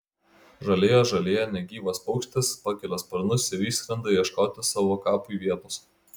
žalioje žolėje negyvas paukštis pakelia sparnus ir išskrenda ieškoti savo kapui vietos